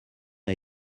n’a